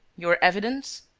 your evidence?